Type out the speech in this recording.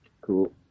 Cool